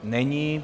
Není.